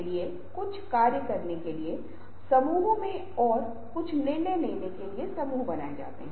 एक साथ एक कार्य करने के लिए दो या दो से अधिक कार्यों को एक साथ करने की प्राथमिकता देते है